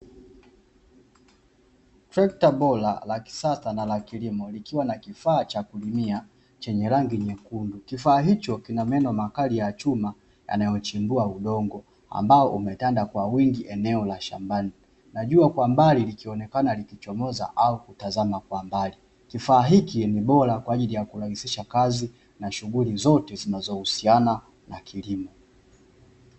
Trekta bora la kisasa na la kilimo likiwa na kifaa cha kulimia chenye rangi nyekundu. Kifaa hicho kina meno makali ya chuma, yanayochimbua udongo ambao umetanda kwa wingi eneo la shambani. Na jua kwa mbali likionekana likichomoza au kutazama kwa mbali. Kifaa hiki ni bora kwa ajili ya kurahisisha kazi na shughuli zote zinazohusiana na kilimo.